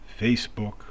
Facebook